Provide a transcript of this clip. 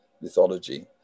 mythology